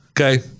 okay